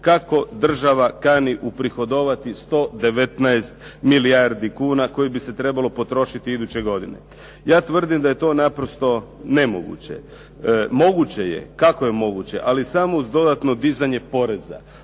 kako država kani uprihodovati 119 milijardi kuna koje bi se trebale potrošiti iduće godine. Ja tvrdim da je to naprosto nemoguće. Moguće je. Kako je moguće? Ali samo uz dodatno dizanje poreza.